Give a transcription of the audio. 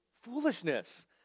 Foolishness